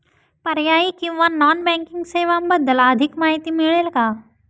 पर्यायी किंवा non banking सेवांबद्दल अधिक माहिती मिळेल का?